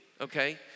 okay